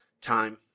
time